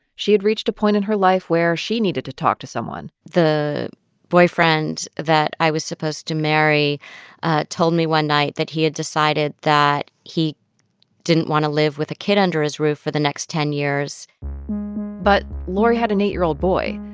she had reached a point in her life where she needed to talk to someone the boyfriend that i was supposed to marry told me one night that he had decided that he didn't want to live with a kid under his roof for the next ten years but lori had an eight year old old boy.